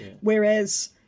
whereas